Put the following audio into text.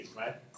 right